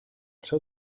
seu